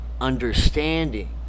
understanding